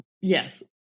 yes